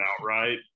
outright